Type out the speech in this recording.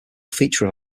feature